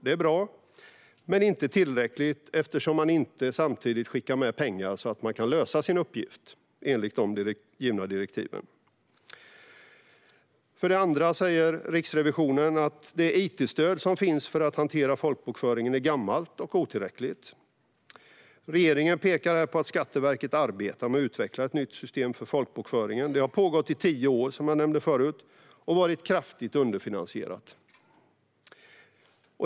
Det är bra men inte tillräckligt, eftersom man inte samtidigt skickar med pengar så att Skatteverket kan lösa sin uppgift enligt de givna direktiven. För det andra: Riksrevisionen säger att det it-stöd som finns för att hantera folkbokföringen är gammalt och otillräckligt. Regeringen pekar här på att Skatteverket arbetar med att utveckla ett nytt system för folkbokföringen. Det har pågått i tio år, som jag nämnde tidigare, och varit kraftigt underfinansierat.